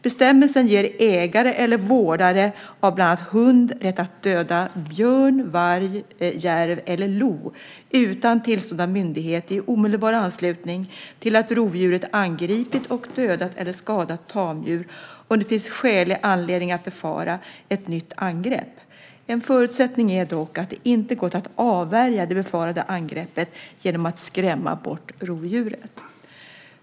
Bestämmelsen ger ägare eller vårdare av bland annat hund rätt att döda björn, varg, järv eller lo utan tillstånd av myndighet i omedelbar anslutning till att rovdjuret angripit och dödat eller skadat tamdjur om det finns skälig anledning att befara ett nytt angrepp. En förutsättning är dock att det inte gått att avvärja det befarade angreppet genom att skrämma bort rovdjuret.